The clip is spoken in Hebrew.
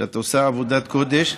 שאת עושה עבודת קודש.